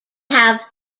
have